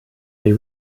they